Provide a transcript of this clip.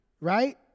right